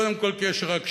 קודם כול כי יש רק שניים,